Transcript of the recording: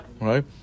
right